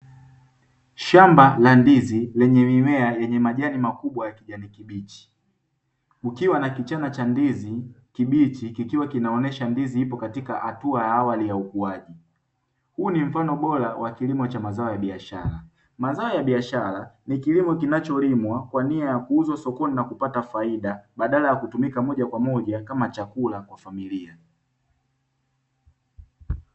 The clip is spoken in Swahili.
Shamba la ndizi lenye mimea yenye majani makubwa ya kijani kibichi, kukiwa na kichana cha ndizi kibichi kikiwa kinaonesha ndizi ipo katika hatua ya awali ya ukuaji. Huu ni mfano bora wa kilimo cha mazao ya biashara: mazao ya biashara ni kilimo kinacholimwa kwa nia ya kuuzwa sokoni na kupata faida badala ya kutumika moja kwa moja kama chakula kwa familia.